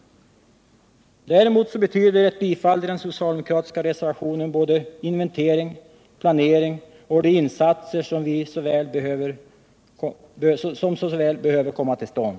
Ett bifall till den socialdemokratiska reservationen betyder däremot såväl inventering och planering som ett genomförande av de insatser som mycket väl behöver komma till stånd.